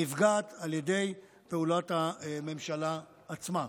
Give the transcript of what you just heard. נפגעת על ידי פעולות הממשלה עצמה.